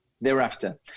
thereafter